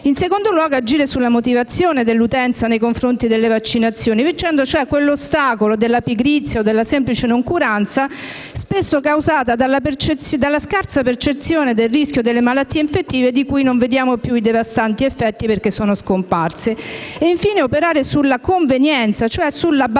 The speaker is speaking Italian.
In secondo luogo, è necessario agire sulla motivazione dell'utenza nei confronti delle vaccinazioni, vincendo cioè quell'ostacolo della pigrizia o della semplice noncuranza, spesso causata dalla scarsa percezione del rischio delle malattie infettive, di cui non vediamo più i devastanti effetti, perché sono scomparse. Infine, è necessario operare sulla convenienza, cioè sull'abbattimento